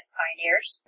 pioneers